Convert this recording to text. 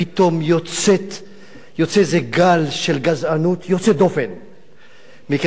פתאום יוצא איזה גל של גזענות יוצאת דופן מקריית-מלאכי,